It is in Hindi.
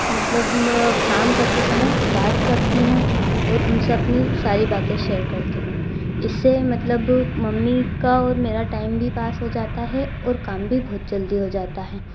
मतलब काम करते समय बात करती हूँ और उनसे अपनी सारी बातें शेयर करती हूँ इससे मतलब मम्मी का और मेरा टाइम भी पास हो जाता है और काम भी बहुत जल्दी हो जाता है